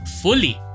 fully